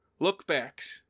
lookbacks